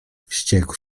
wściekł